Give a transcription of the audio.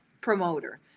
promoter